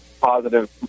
positive